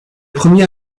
premier